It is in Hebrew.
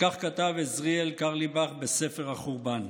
וכך כתב עזריאל קרליבך ב"ספר החורבן":